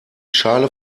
schale